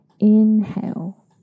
Inhale